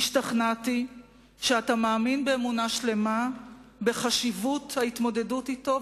השתכנעתי שאתה מאמין באמונה שלמה בחשיבות ההתמודדות אתו,